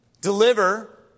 Deliver